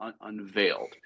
unveiled